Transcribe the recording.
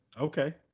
Okay